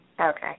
Okay